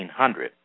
1800